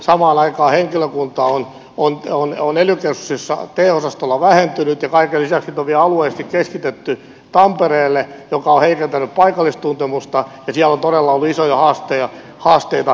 samaan aikaan henkilökunta on ely keskuksissa te osastolla vähentynyt ja kaiken lisäksi niitä on vielä alueellisesti keskitetty tampereelle mikä on heikentänyt paikallistuntemusta ja siellä on todella ollut isoja haasteita